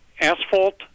Asphalt